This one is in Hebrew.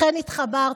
לכן התחברתי,